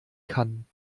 kann